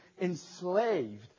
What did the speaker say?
enslaved